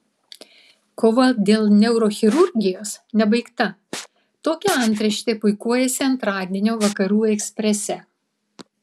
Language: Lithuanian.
kova dėl neurochirurgijos nebaigta tokia antraštė puikuojasi antradienio vakarų eksprese